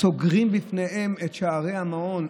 סוגרים בפניהן את שערי המעון.